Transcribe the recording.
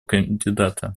кандидата